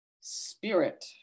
Spirit